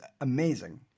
amazing